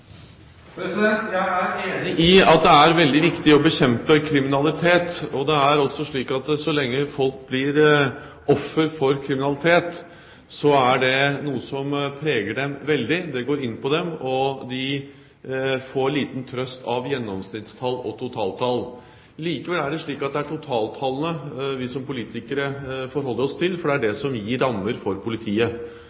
Jeg er enig i at det er veldig viktig å bekjempe kriminalitet. Så lenge folk blir ofre for kriminalitet, er det noe som preger dem veldig. Det går inn på dem, og de får liten trøst av gjennomsnittstall og totaltall. Likevel er det slik at det er totaltallene vi som politikere forholder oss til, for det er